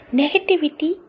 negativity